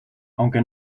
aunque